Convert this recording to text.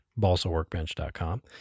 BalsaWorkbench.com